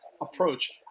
approach